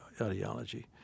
ideology